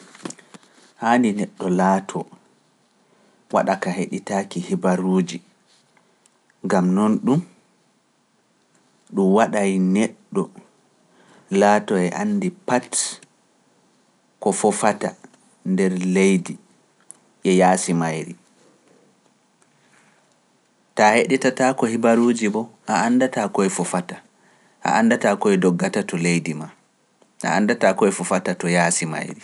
Haani neɗɗo laatoo waɗaka heɗitaaki hibaruuji, ngam noon ɗum waɗay neɗɗo laatoo e anndi pat ko fofata nder leydi e yaasi mayri. Taa heɗitataako hibaruuji bo, a anndataa koye fofata, a anndataa koye doggata to leydi maa, a anndataa koye fofata to yaasi mayri.